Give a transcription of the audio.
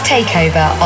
Takeover